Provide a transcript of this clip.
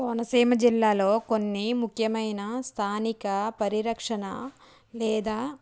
కోనసీమ జిల్లాలో కొన్ని ముఖ్యమైన స్థానిక పరిరక్షణ లేదా